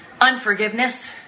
unforgiveness